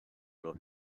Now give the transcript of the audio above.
los